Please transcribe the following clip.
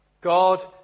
God